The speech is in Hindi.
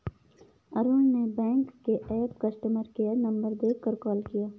अरुण ने बैंक के ऐप कस्टमर केयर नंबर देखकर कॉल किया